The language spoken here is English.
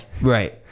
Right